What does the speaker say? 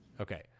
Okay